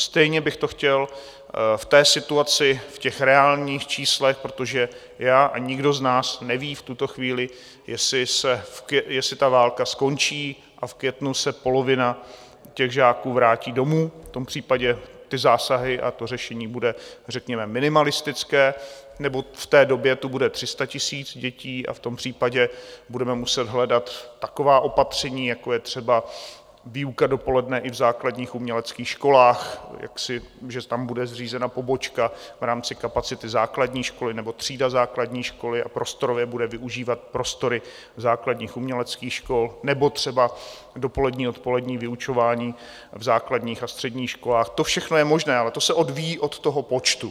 Stejně bych to chtěl v té situaci, v těch reálných číslech, protože já a nikdo z nás nevíme v tuto chvíli, jestli ta válka skončí a v květnu se polovina těch žáků vrátí domů, v tom případě ty zásahy a to řešení bude řekněme minimalistické, nebo v té době tu bude 300 000 dětí, a v tom případě budeme muset hledat taková opatření, jako je třeba výuka dopoledne i v základních uměleckých školách, že tam bude zřízena pobočka v rámci kapacity základní školy, nebo třída základní školy, a prostorově bude využívat prostory základních uměleckých škol, nebo třeba dopolední a odpolední vyučování v základních a středních školách, to všechno je možné, ale to se odvíjí od toho počtu.